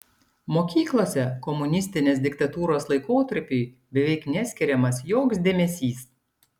mokyklose komunistinės diktatūros laikotarpiui beveik neskiriamas joks dėmesys